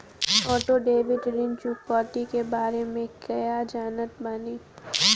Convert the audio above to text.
Auto debit ऋण चुकौती के बारे में कया जानत बानी?